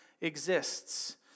exists